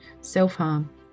self-harm